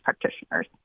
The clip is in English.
practitioners